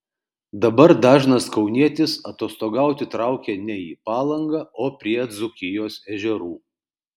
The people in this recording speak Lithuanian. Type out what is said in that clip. dabar dažnas kaunietis atostogauti traukia ne į palangą o prie dzūkijos ežerų